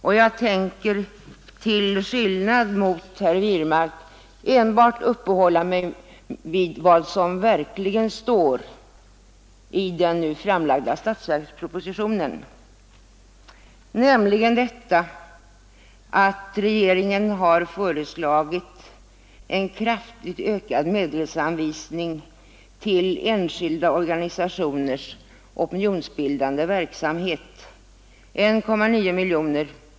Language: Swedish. Och jag tänker, till skillnad mot herr Wirmark, enbart uppehålla mig vid vad som verkligen står i den nu framlagda statsverkspropositionen. Jag syftar, fru talman, på att regeringen har föreslagit en kraftigt ökad medelsanvisning till enskilda organisationers opinionsbildande verksamhet, närmare bestämt 1,9 miljoner.